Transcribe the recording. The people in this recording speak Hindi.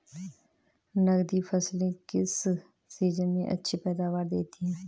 नकदी फसलें किस सीजन में अच्छी पैदावार देतीं हैं?